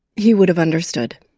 he would have understood